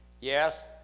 Yes